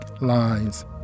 lies